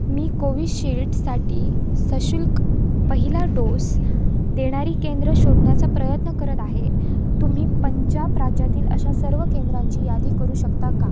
मी कोविशिल्डसाठी सशुल्क पहिला डोस देणारी केंद्र शोधण्याचा प्रयत्न करत आहे तुम्ही पंजाब राज्यातील अशा सर्व केंद्रांची यादी करू शकता का